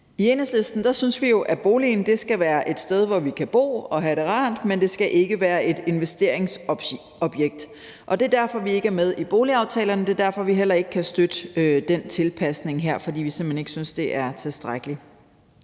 I Enhedslisten synes vi jo, at boligen skal være et sted, hvor vi kan bo og have det rart, men det skal ikke være et investeringsobjekt. Det er derfor, vi ikke er med i boligaftalerne, og det er derfor, vi heller ikke kan støtte den tilpasning her – vi synes simpelt hen ikke, det er tilstrækkeligt.